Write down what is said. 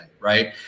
Right